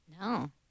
No